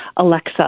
Alexa